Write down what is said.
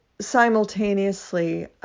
simultaneously